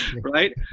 right